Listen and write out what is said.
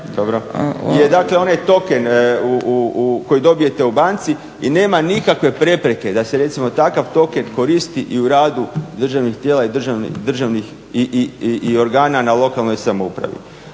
je dakle onaj token koji dobijete u banci i nema nikakve prepreke da se recimo takav token koristi i u radu državnih tijela i državnih organa na lokalnoj samoupravi.